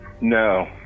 No